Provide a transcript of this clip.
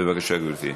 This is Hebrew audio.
בבקשה, גברתי.